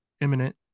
imminent